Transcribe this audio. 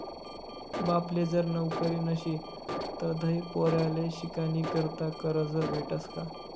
बापले जर नवकरी नशी तधय पोर्याले शिकानीकरता करजं भेटस का?